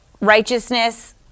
righteousness